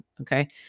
okay